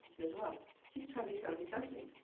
um he's trying to tell me something.